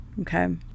okay